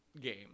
game